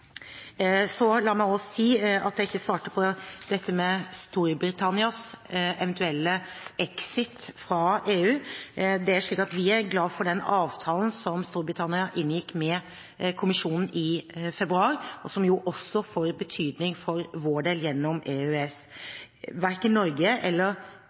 La meg også si – jeg svarte ikke på dette med Storbritannias eventuelle exit fra EU – at vi er glad for den avtalen som Storbritannia inngikk med kommisjonen i februar, og som også får betydning for vår del gjennom EØS. Verken Norge eller